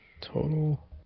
total